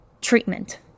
treatment